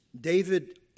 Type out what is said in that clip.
David